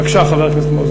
בבקשה, חבר הכנסת מוזס.